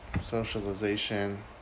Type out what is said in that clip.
socialization